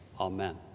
Amen